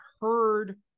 heard